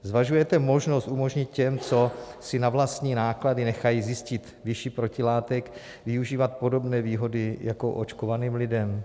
Zvažujete možnost umožnit těm, co si na vlastní náklady nechají zjistit výši protilátek, využívat podobné výhody jako očkovaným lidem?